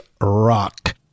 rock